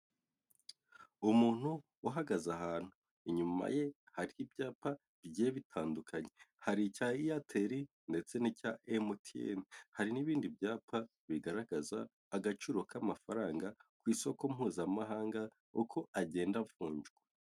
Umuntu uhagaze ahantu. Inyuma ye hari ibyapa bigiye bitandukanye. Hari icya Eyateli, ndetse n'icya Emutiyeni. Hari n'ibindi byapa bigaragaza agaciro k'amafaranga ku isoko mpuzamahanga, uko agenda avunjwa.